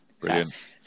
Brilliant